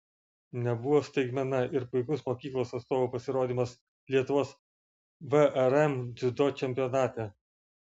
nebuvo staigmena ir puikus mokyklos atstovų pasirodymas lietuvos vrm dziudo čempionate